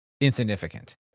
insignificant